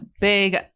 big